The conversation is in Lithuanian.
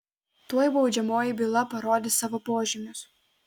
tuoj baudžiamoji byla parodys savo požymius